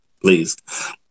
please